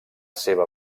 seva